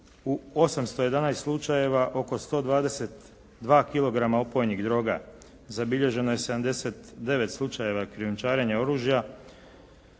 u 811 slučajeva oko 122 kilograma opojnih droga, zabilježeno je 79 slučajeva krijumčarenja oružja,